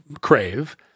crave